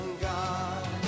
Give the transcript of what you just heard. god